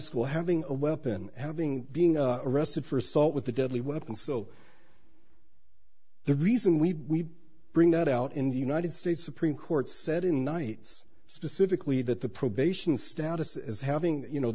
school having a weapon having being arrested for assault with a deadly weapon so the reason we bring that out in the united states supreme court said in knight's specifically that the probation status as having you know